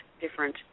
different